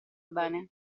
bene